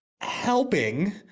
helping